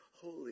holy